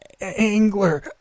Angler